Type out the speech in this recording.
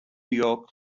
york